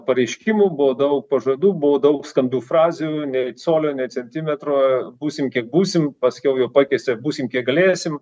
pareiškimų buvo daug pažadų buvo daug skambių frazių nei colio nei centimetro būsim kiek būsim paskiau jau pakeista būsim kiek galėsim